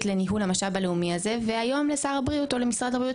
לניהול המשאב הלאומי הזה והיום לשר הבריאות או למשרד הבריאות